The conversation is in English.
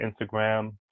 Instagram